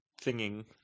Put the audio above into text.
thinging